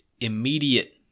immediate